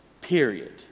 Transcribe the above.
period